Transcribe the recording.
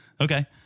okay